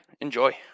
enjoy